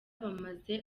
bamaze